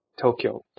Tokyo